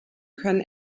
können